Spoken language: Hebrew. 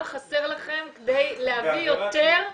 מה חסר לכם כדי להביא יותר תיקים,